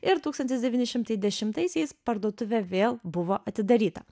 ir tūkstantis devyni šimtai dešimtaisiais parduotuvė vėl buvo atidaryta